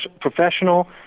professional